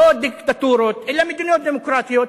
לא דיקטטורות, אלא מדינות דמוקרטיות,